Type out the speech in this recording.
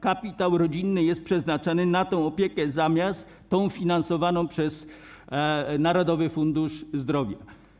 Kapitał rodzinny jest przeznaczany na tę opiekę zamiast na tę finansowaną przez Narodowy Fundusz Zdrowia.